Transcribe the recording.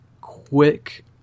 quick